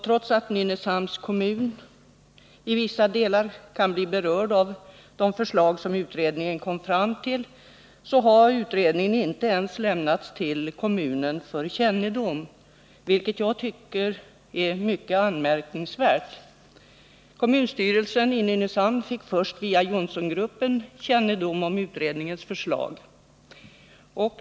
Trots att Nynäshamns kommun i vissa delar kan bli berörd av de förslag som utredningen kom fram till, har utredningen inte ens lämnats till kommunen för kännedom, vilket jag finner mycket anmärkningsvärt. Kommunstyrelsen fick först via Johnsongruppen kännedom om utredningens förslag.